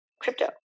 crypto